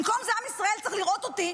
במקום זה, עם ישראל צריך לראות אותי